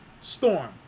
Storm